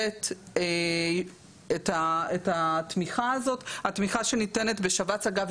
את הטיפול המתאים,